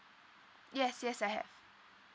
yes yes I have